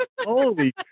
Holy